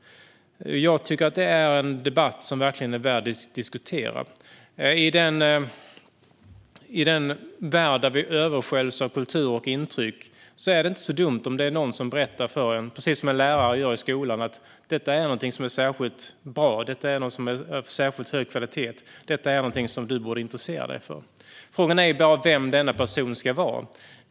Jag tycker att detta är en fråga som verkligen är värd att diskutera. I en värld där vi översköljs av kultur och intryck är det inte så dumt om någon berättar, precis som en lärare gör i skolan, att just detta är särskilt bra, håller särskilt hög kvalitet och är något som du borde intressera dig för. Frågan är bara vem denna person ska vara.